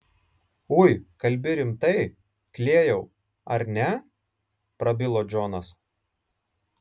ui kalbi rimtai klėjau ar ne prabilo džonas